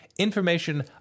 Information